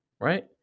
right